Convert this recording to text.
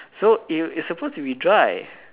so it it's supposed to be dry